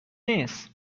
نیست